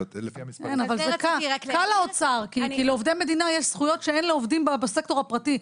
זה קל לאוצר כי לעובדי מדינה יש זכויות שאין לעובדים בסקטור הפרטי.